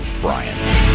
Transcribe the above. brian